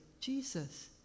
Jesus